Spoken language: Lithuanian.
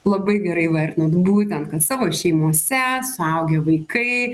labai gerai įvertinot būtent kad savo šeimose suaugę vaikai